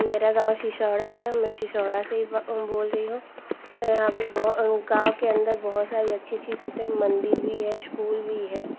मेरा गाँव शिशौड़ा है मैं शिशौड़ा से बोल रही हूँ यहाँ पर बहु गाँव के अन्दर बहुत सारी अच्छी अच्छी हैं मन्दिर भी है इस्कूल भी है